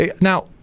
Now